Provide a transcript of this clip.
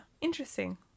interesting